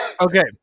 Okay